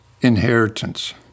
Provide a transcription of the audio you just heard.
inheritance